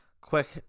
quick